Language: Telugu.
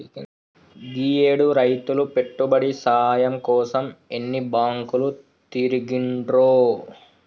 గీయేడు రైతులు పెట్టుబడి సాయం కోసం ఎన్ని బాంకులు తిరిగిండ్రో